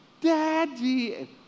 Daddy